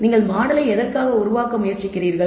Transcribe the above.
நீங்கள் மாடலை எதற்காக உருவாக்க முயற்சிக்கிறீர்கள்